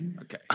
Okay